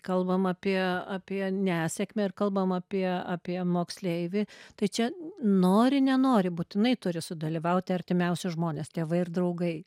kalbam apie apie nesėkmę ir kalbam apie apie moksleivį tai čia nori nenori būtinai turi sudalyvauti artimiausi žmonės tėvai ir draugai